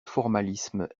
formalisme